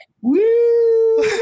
Woo